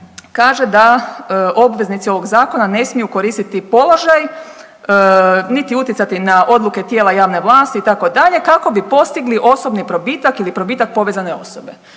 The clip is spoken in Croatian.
kaže da obveznici ovog zakona ne smiju koristiti položaj niti utjecati na odluke tijela javne vlasti itd. kako bi postigli osobni probitak ili probitak povezane osobe.